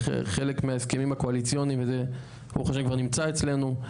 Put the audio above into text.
וחלק מההסכמים הקואליציוניים ברוך ה' כבר נמצא אצלנו,